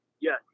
yes